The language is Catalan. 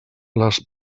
les